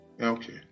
Okay